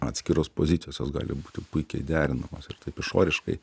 atskiros pozicijos jos gali būti puikiai derinamos ir taip išoriškai